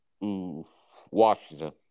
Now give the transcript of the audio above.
Washington